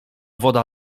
woda